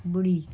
ॿुड़ी